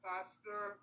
Pastor